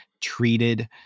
treated